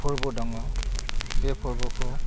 फोरबो दङ बे फोरबोखौ